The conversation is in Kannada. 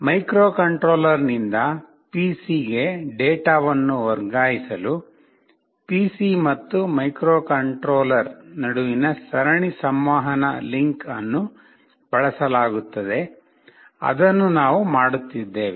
ಮೈಕ್ರೊಕಂಟ್ರೋಲರ್ನಿಂದ ಪಿಸಿಗೆ ಡೇಟಾವನ್ನು ವರ್ಗಾಯಿಸಲು ಪಿಸಿ ಮತ್ತು ಮೈಕ್ರೊಕಂಟ್ರೋಲರ್ ನಡುವಿನ ಸರಣಿ ಸಂವಹನ ಲಿಂಕ್ ಅನ್ನು ಬಳಸಲಾಗುತ್ತದೆ ಅದನ್ನು ನಾವು ಮಾಡುತ್ತಿದ್ದೇವೆ